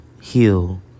heal